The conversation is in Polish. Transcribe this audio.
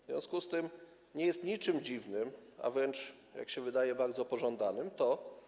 W związku z tym nie jest niczym dziwnym, a wręcz, jak się wydaje, bardzo pożądane jest to.